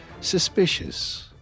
suspicious